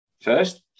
first